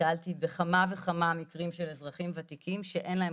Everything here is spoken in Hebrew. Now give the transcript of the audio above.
נתקלתי בכמה וכמה מקרים של אזרחים ותיקים שאין להם